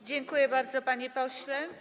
Dziękuję bardzo, panie pośle.